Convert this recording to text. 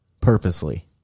Purposely